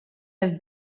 have